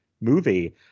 movie